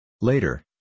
Later